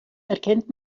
erkennt